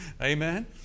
Amen